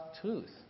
Truth